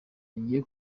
hagiye